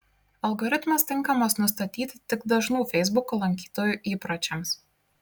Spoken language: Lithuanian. algoritmas tinkamas nustatyti tik dažnų feisbuko lankytojų įpročiams